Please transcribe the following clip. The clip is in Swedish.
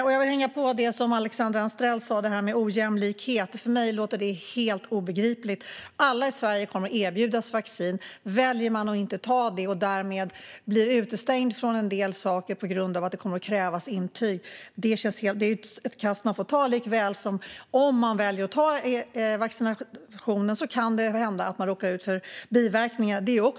Låt mig hänga på det som Alexandra Anstrell sa om ojämlikhet. För mig låter det ministern säger helt obegripligt. Alla i Sverige kommer att erbjudas vaccin. Om man väljer att inte ta det och därmed blir utestängd från sådant som kräver intyg får man stå sitt kast. Det är ett val man gör, likaväl som att den som tar vaccin kan råka ut för biverkningar.